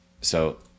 So-